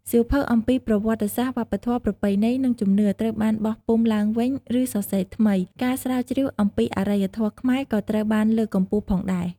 សៀវភៅអំពីប្រវត្តិសាស្ត្រ វប្បធម៌ ប្រពៃណី និងជំនឿ ត្រូវបានបោះពុម្ពឡើងវិញ ឬសរសេរថ្មី ការស្រាវជ្រាវអំពីអរិយធម៌ខ្មែរក៏ត្រូវបានលើកកម្ពស់ផងដែរ។